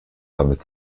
damit